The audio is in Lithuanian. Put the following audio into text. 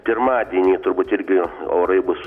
pirmadienį turbūt irgi orai bus